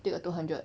take a two hundred